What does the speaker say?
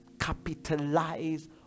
capitalize